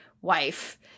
wife